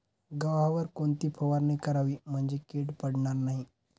गव्हावर कोणती फवारणी करावी म्हणजे कीड पडणार नाही?